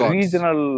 Regional